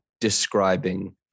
describing